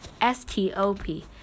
S-T-O-P